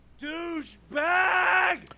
Douchebag